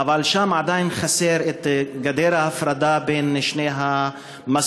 אבל שם עדיין חסרה גדר ההפרדה בין שני המסלולים.